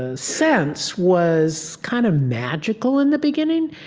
ah sense was kind of magical in the beginning.